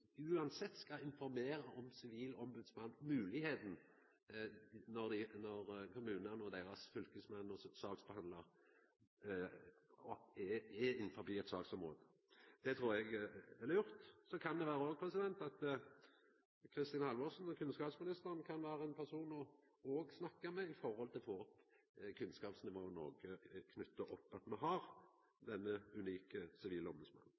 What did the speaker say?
uansett skal informera om Sivilombodsmannen og den moglegheita når kommunane og fylkesmennene saksbehandlar innanfor eit saksområde. Det trur eg er lurt. Så kan det vera at Kristin Halvorsen, kunnskapsministeren, òg kan vera ein person å snakka med for å få opp kunnskapsnivået i Noreg knytt opp til at me har denne unike Sivilombodsmannen.